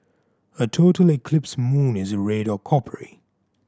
a total eclipse moon is red or coppery